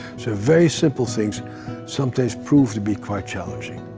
so very simple things sometimes prove to be quite challenging.